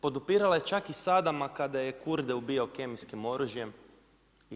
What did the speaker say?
Podupirala je čak i Sadama kada je kurde ubijao kemijskim oružjem i to.